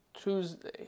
Tuesday